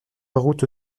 route